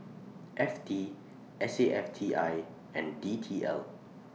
F T S A F T I and D T L